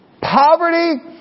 Poverty